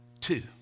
two